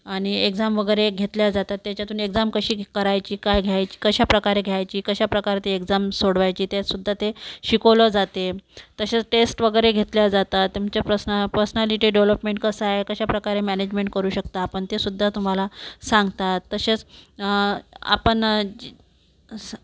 आणि एकझाम वगैरे घेतल्या जातात त्याच्यातून एकझाम कशी करायची काय घ्याय कशाप्रकारे घ्यायची कशाप्रकारे ती एकझाम सोडवायची ते सुद्धा ते शिकवलं जाते तसेच टेस्ट वगैरे घेतल्या जातात तुमचं पर्सना पर्सनॅलिटी डेव्हलपमेंट कसं आहे कशाप्रकारे मॅनेजमेंट करू शकता आपण ते सुद्धा तुम्हाला सांगतात तसेच आपण जे